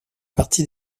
partie